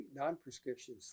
non-prescription